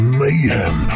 mayhem